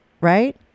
right